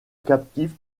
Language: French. captive